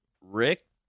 Rick